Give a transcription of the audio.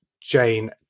Jane